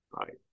right